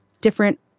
different